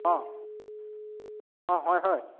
অঁ অঁ হয় হয়